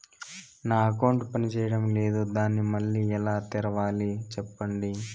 నా అకౌంట్ పనిచేయడం లేదు, దాన్ని మళ్ళీ ఎలా తెరవాలి? సెప్పండి